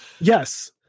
Yes